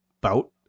bout